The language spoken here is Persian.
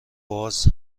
باز